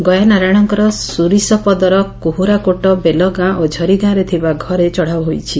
ଗୟା ନାରୟଶଙ୍କର ସୁରିଶପଦର କୁହୁରାକୋଟ ବେଲଗାଁ ଓ ଝରିଗାଁରେ ଥିବା ଘରେ ଚଢ଼ଉ ହୋଇଛି